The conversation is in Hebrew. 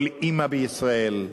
כל אמא בישראל,